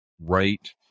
right